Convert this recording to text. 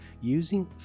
using